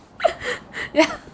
yeah